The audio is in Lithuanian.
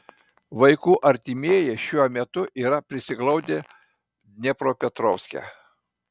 vaikų artimieji šiuo metu yra prisiglaudę dniepropetrovske